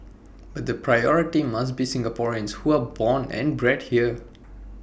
but the priority must be Singaporeans who are born and bred here